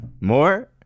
More